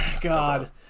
God